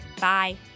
Bye